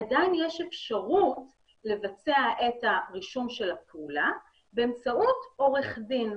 עדיין יש אפשרות לבצע את הרישום של הפעולה באמצעות עורך דין.